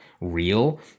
real